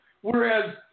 Whereas